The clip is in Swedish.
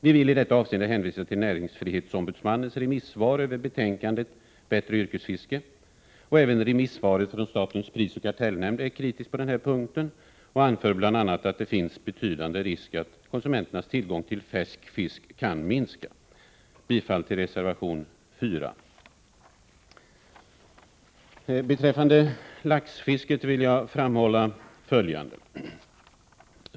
Vi vill i detta avseende hänvisa till näringsfrihetsombudsmannens remissvar över betänkandet Bättre yrkesfiske. Även remissvaret från statens prisoch kartellnämnd är kritiskt på denna punkt, och det anförs bl.a. att det finns betydande risk för att konsumenternas tillgång till färsk fisk kan minska. Beträffande laxfisket vill jag framhålla föjande.